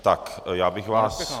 Tak, já bych vás...